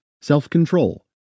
self-control